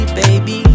baby